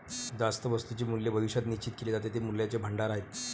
ज्या वस्तूंचे मूल्य भविष्यात निश्चित केले जाते ते मूल्याचे भांडार आहेत